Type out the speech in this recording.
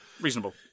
Reasonable